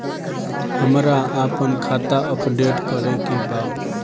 हमरा आपन खाता अपडेट करे के बा